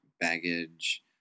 baggage